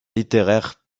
littéraire